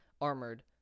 armored